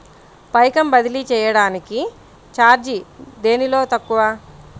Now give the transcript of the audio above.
పైకం బదిలీ చెయ్యటానికి చార్జీ దేనిలో తక్కువ?